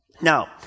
Now